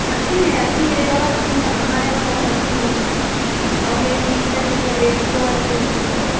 अच्छी हैं अच्छी है ये दवा नंबर सब हमारे यहाँ बहुत अच्छी मिल रही और लेडीज है जैसे लेडीज़ों वाली सुन लीजिए